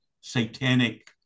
satanic